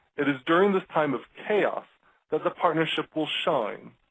it is during this time of chaos that the partnership will shine